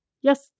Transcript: Yes